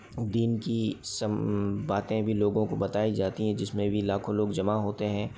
दीन की सब बातें भी लोगों को बताई जाती हैं जीतने भी लाखों लोग जमा होते हैं